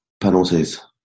penalties